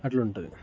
అట్ల ఉంటుంది